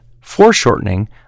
foreshortening